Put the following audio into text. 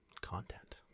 content